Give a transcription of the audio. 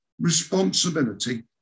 responsibility